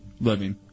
living